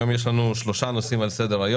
היום יש לנו שלושה נושאים על סדר-היום,